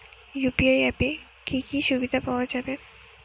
UPI অ্যাপে কি কি সুবিধা পাওয়া যাবে?